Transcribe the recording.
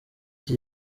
iki